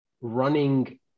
running